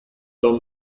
tom